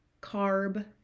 carb